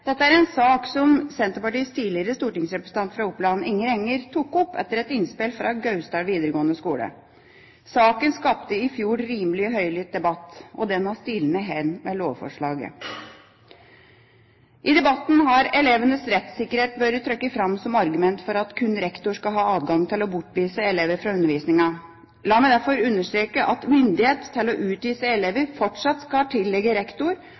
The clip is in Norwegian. Dette er en sak som Senterpartiets tidligere stortingsrepresentant fra Oppland, Inger Enger, tok opp etter et innspill fra Gausdal videregående skole. Saken skapte i fjor rimelig høylytt debatt, og den har stilnet med lovforslaget. I debatten har elevenes rettssikkerhet vært trukket fram som argument for at kun rektor skal ha adgang til å bortvise elever fra undervisningen. La meg derfor understreke at myndighet til å utvise elever fortsatt skal tilligge rektor,